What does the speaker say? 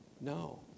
No